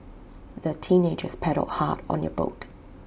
the teenagers paddled hard on their boat